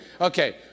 Okay